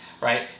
right